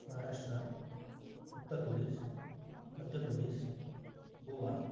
Maharashtra Uttar Pradesh Madhya Pradesh Goa